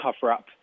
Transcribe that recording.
cover-up